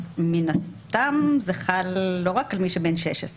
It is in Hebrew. אז מן הסתם זה חל לא רק על מי שבן 16,